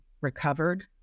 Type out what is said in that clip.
recovered